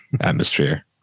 atmosphere